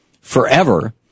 forever